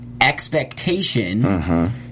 expectation